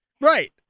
Right